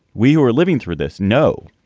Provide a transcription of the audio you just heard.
we were living through this. no.